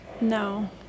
No